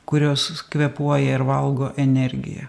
kurios kvėpuoja ir valgo energiją